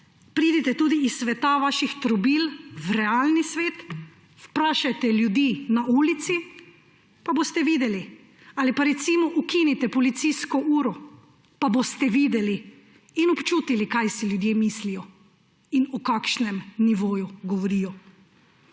pridite tudi iz sveta vaših trobil v realni svet. Vprašajte ljudi na ulici, pa boste videli, ali pa recimo ukinite policijsko uro, pa boste videli in občutili, kaj si ljudje mislijo in o kakšnem nivoju govorijo.